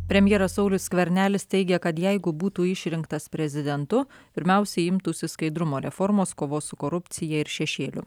premjeras saulius skvernelis teigia kad jeigu būtų išrinktas prezidentu pirmiausiai imtųsi skaidrumo reformos kovos su korupcija ir šešėliu